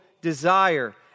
desire